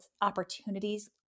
opportunities